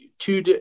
two